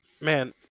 man